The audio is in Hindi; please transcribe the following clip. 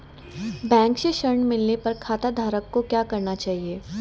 बैंक से ऋण मिलने पर खाताधारक को क्या करना चाहिए?